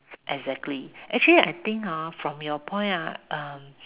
exactly actually I think ah from your point ah